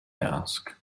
ask